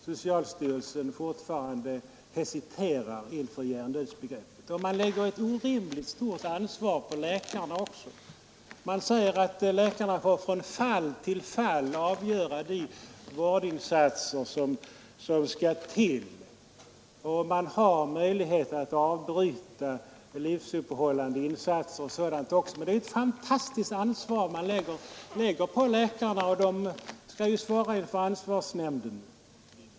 Socialstyrelsen hesiterar fortfarande inför hjärndödsbegreppet. Det läggs också ett orimligt stort ansvar på läkarna, när man säger att läkarna får från fall till fall avgöra vilka vårdinsatser som skall tillgripas och att läkarna även i nuläget har vissa möjligheter att avbryta livsuppehållande insatser efter hjärndöd. Det är ett fantastiskt stort ansvar man då lägger på läkarna, som ju har att svara inför ansvarsnämnden.